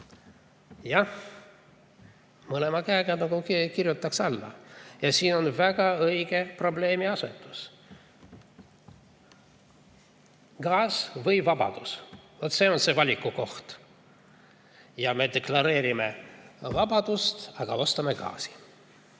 Jah, mõlema käega kirjutaks alla. Siin on väga õige probleemiasetus. Gaas või vabadus? Vaat see on see valiku koht. Me deklareerime vabadust, aga ostame gaasi.